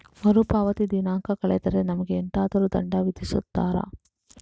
ಮರುಪಾವತಿ ದಿನಾಂಕ ಕಳೆದರೆ ನಮಗೆ ಎಂತಾದರು ದಂಡ ವಿಧಿಸುತ್ತಾರ?